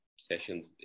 sessions